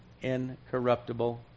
incorruptible